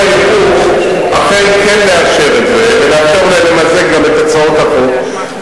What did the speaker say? נדמה לי, ואחרים נוטים להתנגד להצעות החוק האלה.